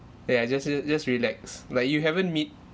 ya just just just relax like you haven't meet